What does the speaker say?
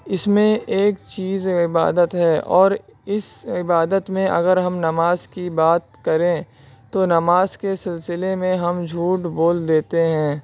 اس میں ایک چیز ہے عبادت ہے اور اس عبادت میں اگر ہم نماز کی بات کریں تو نماز کے سلسلے میں ہم جھوٹ بول دیتے ہیں